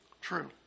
true